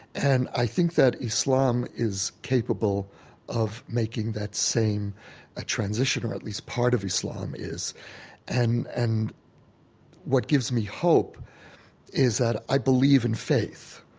and i think that islam is capable of making that same ah transition or at least part of islam is and and what gives me hope is that i believe in faith.